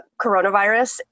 coronavirus